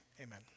Amen